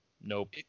nope